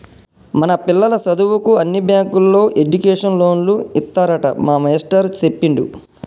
మన పిల్లల సదువుకు అన్ని బ్యాంకుల్లో ఎడ్యుకేషన్ లోన్లు ఇత్తారట మా మేస్టారు సెప్పిండు